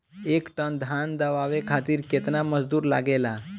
एक टन धान दवावे खातीर केतना मजदुर लागेला?